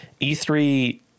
E3